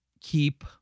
keep